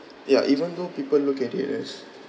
ya even though people look at it as